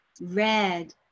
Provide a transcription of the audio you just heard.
Red